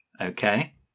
okay